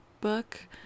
book